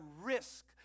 risk